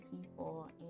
people